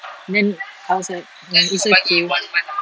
then I was like it's okay